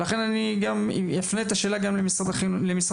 לכן אני אפנה את השאלה גם למשרד הבריאות: